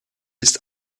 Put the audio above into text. ist